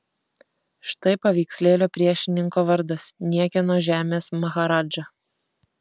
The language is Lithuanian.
štai paveikslėlio priešininko vardas niekieno žemės maharadža